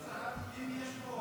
אם יש את חוק